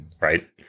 right